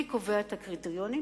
מי קובע את הקריטריונים,